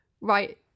right